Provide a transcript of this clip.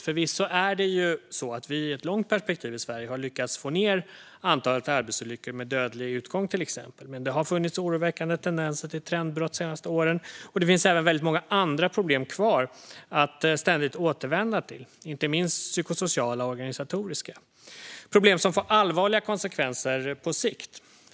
Förvisso har vi i Sverige, sett ur ett långt perspektiv, lyckats få ned antalet arbetsolyckor med dödlig utgång, till exempel. Men det har funnits oroväckande tendenser till trendbrott de senaste åren. Det finns även många andra problem att ständigt återvända till, inte minst psykosociala och organisatoriska. Det är problem som får allvarliga konsekvenser på sikt.